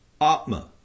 Atma